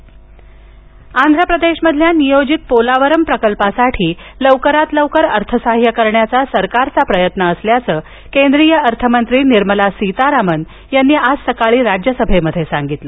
राज्यसभा पोलावरम आंध्र प्रदेशमधील नियोजित पोलावरम प्रकल्पासाठी लवकरात लवकर अर्थसाह्य करण्याचा सरकारचा प्रयत्न असल्याचं केंद्रीय अर्थमंत्री निर्मला सीतारामन यांनी आज सकाळी राज्यसभेमध्ये सांगितलं